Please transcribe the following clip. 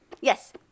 Yes